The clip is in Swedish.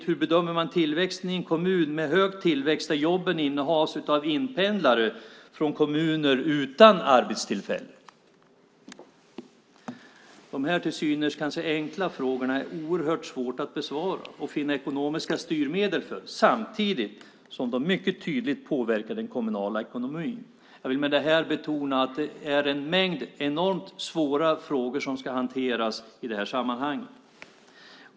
Hur bedömer man tillväxten i en kommun med hög tillväxt där jobben innehas av inpendlare från kommuner utan arbetstillfällen? De här till synes enkla frågorna är oerhört svåra att besvara och finna ekonomiska styrmedel för, samtidigt som de mycket tydligt påverkar den kommunala ekonomin. Jag vill med det här betona att det är en mängd enormt svåra frågor som ska hanteras i det här sammanhanget.